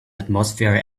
atmosphere